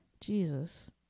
jesus